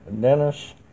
Dennis